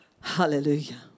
Hallelujah